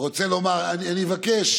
רוצה לומר אני מבקש